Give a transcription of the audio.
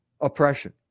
oppression